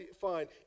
fine